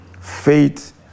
faith